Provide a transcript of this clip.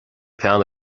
peann